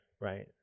Right